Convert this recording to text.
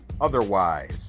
otherwise